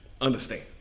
understand